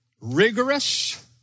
rigorous